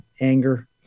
anger